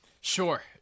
Sure